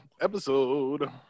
Episode